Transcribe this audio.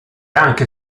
anche